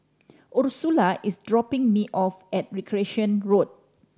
Ursula is dropping me off at Recreation Road